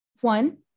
One